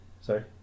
Sorry